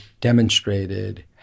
demonstrated